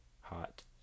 hot